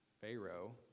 Pharaoh